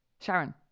Sharon